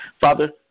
Father